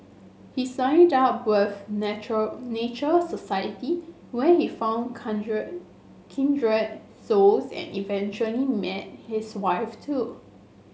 he signed up natural Nature Society where he found kindred souls and eventually met his wife too